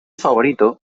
favorito